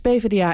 PvdA